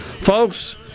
Folks